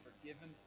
forgiven